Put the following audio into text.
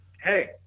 Hey